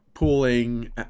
pooling